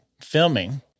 filming